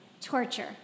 torture